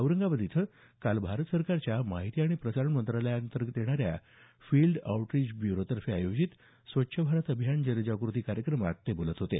औरंगाबाद इथं काल भारत सरकारच्या माहिती आणि प्रसारण मंत्रालयाअंतर्गत येणाऱ्या फिल्ड आउटरिच ब्यूरो तर्फे आयोजित स्वच्छ भारत अभियान जनजागृती कार्यक्रमात ते बोलत होते